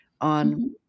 on